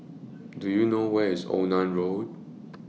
Do YOU know Where IS Onan Road